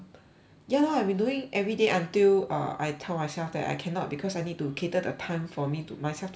ya lor I've been doing everyday until uh I tell myself that I cannot because I need to cater the time for me to myself to study